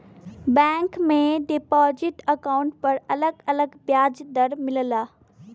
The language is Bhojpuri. बैंक में डिपाजिट अकाउंट पर अलग अलग ब्याज दर मिलला